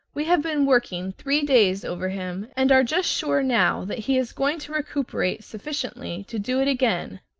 we have been working three days over him, and are just sure now that he is going to recuperate sufficiently to do it again!